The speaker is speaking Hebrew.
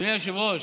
אדוני היושב-ראש,